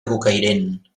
bocairent